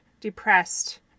depressed